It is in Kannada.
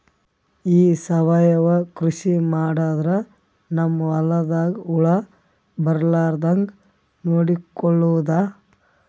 ಈ ಸಾವಯವ ಕೃಷಿ ಮಾಡದ್ರ ನಮ್ ಹೊಲ್ದಾಗ ಹುಳ ಬರಲಾರದ ಹಂಗ್ ನೋಡಿಕೊಳ್ಳುವುದ?